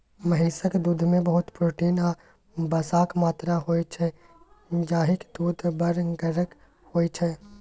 महिषक दुधमे बहुत प्रोटीन आ बसाक मात्रा होइ छै जाहिसँ दुध बड़ गढ़गर होइ छै